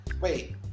Wait